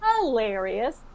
hilarious